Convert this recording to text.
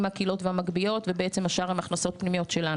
מהקהילות והמגביות ובעצם השאר הם הכנסות פנימיות שלנו.